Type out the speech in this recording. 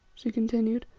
she continued,